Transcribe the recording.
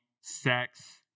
sex